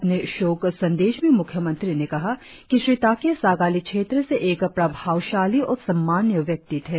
अपने शोक संदेश में म्ख्यमंत्री ने कहा कि श्री ताके सागाली क्षेत्र से एक प्रभावशाली और सम्मानीय व्यक्ति थे